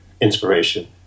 inspiration